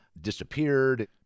disappeared